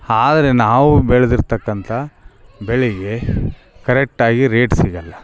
ಆದರೆ ನಾವು ಬೆಳೆದಿರ್ತಕ್ಕಂಥ ಬೆಳೆಗೆ ಕರೆಟ್ಟಾಗಿ ರೇಟ್ ಸಿಗೋಲ್ಲ